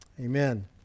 amen